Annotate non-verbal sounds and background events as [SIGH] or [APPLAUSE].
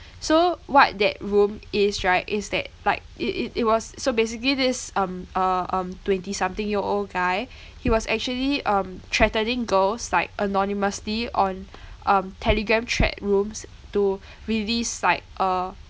so what that room is right is that like it it it was so basically this um uh um twenty something year old guy he was actually um threatening girls like anonymously on [BREATH] um telegram chat rooms to release like uh